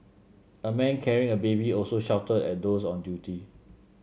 a man carrying a baby also shouted at those on duty